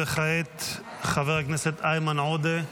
וכעת, חבר הכנסת איימן עודה,